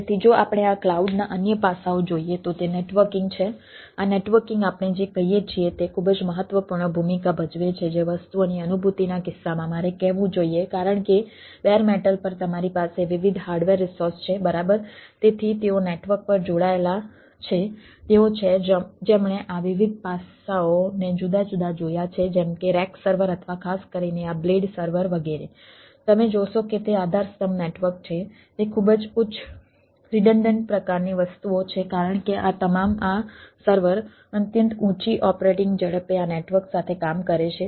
તેથી જો આપણે આ ક્લાઉડના અન્ય પાસાઓ જોઈએ તો તે નેટવર્કિંગ પ્રકારની વસ્તુઓ છે કારણ કે આ તમામ આ સર્વર અત્યંત ઊંચી ઓપરેટિંગ ઝડપે આ નેટવર્ક સાથે કામ કરે છે